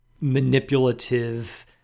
manipulative